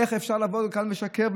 איך אפשר לבוא לכאן ולשקר?